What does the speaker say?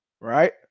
Right